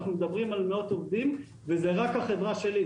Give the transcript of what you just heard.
אנחנו מדברים על מאות עובדים וזו רק החברה שלי.